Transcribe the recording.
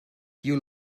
you